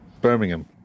Birmingham